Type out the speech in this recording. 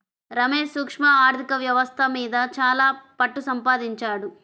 రమేష్ సూక్ష్మ ఆర్ధిక వ్యవస్థ మీద చాలా పట్టుసంపాదించాడు